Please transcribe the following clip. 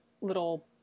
little